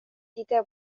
دیده